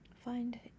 find